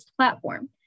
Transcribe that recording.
platform